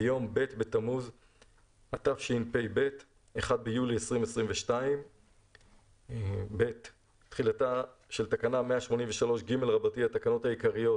ביום ב' בתמוז התשפ"ב (1 ביולי 2022). (ב)תחילתה של תקנה 183ג לתקנות העיקריות,